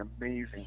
amazing